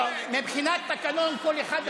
חיים כץ, שלוש דקות.